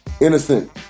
innocent